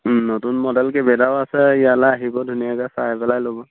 নতুন মডেল কেইবাটাও আছে ইয়ালৈ আহিব ধুনীয়াকৈ চাই পেলাই ল'ব